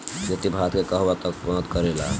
खेती भारत के कहवा तक मदत करे ला?